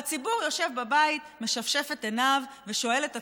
והציבור יושב בבית, משפשף את עיניו ושואל את עצמו: